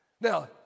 Now